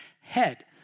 head